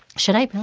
should i.